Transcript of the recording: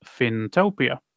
fintopia